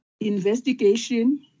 investigation